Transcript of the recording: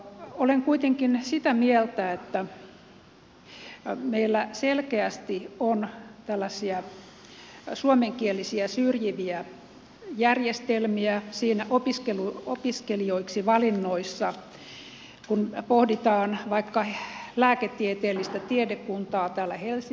olen kuitenkin sitä mieltä että meillä selkeästi on tällaisia suomenkielisiä syrjiviä järjestelmiä opiskelijoiksi valinnoissa kun pohditaan vaikka lääketieteellistä tiedekuntaa täällä helsingissä